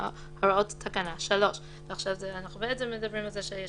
הוראות תקנה 3." עכשיו אנחנו בעצם מדברים על זה שיש